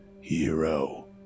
hero